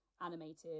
animated